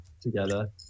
together